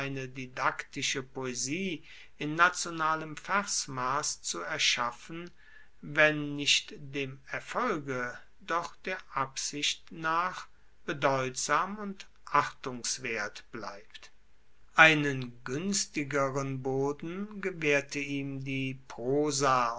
didaktische poesie in nationalem versmass zu erschaffen wenn nicht dem erfolge doch der absicht nach bedeutsam und achtungswert bleibt einen guenstigeren boden gewaehrte ihm die prosa